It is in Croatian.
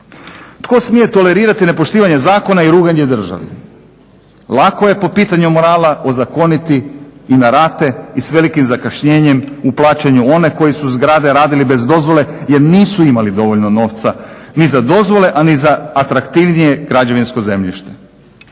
Tko smije tolerirati nepoštivanje zakona i ruganje državi? Lako je po pitanju morala ozakoniti na rate i s velikim zakašnjenjem u plaćanju one koji su zgrade radili bez dozvole jer nisu imali dovoljno novca ni za dozvole, a ni za atraktivnije građevinsko zemljište.